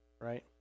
right